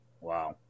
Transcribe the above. Wow